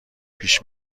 پیش